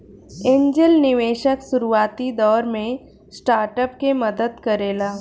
angel निवेशक शुरुआती दौर में स्टार्टअप के मदद करेला